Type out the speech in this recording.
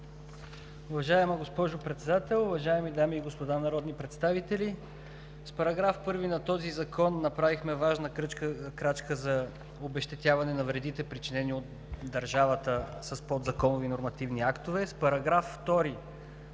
Уважаема госпожо Председател, уважаеми дами и господа народни представители! С § 1 на този закон направихме важна крачка за обезщетяване на вредите, причинени от държавата с подзаконови нормативни актове.